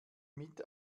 mit